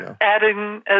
adding